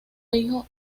hijo